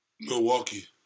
Milwaukee